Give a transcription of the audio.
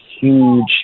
huge